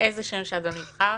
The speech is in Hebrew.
איזה שם שאדוני יבחר.